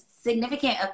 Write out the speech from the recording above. significant